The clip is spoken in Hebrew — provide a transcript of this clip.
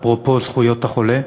אפרופו זכויות החולה.